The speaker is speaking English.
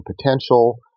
potential